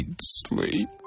sleep